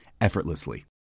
effortlessly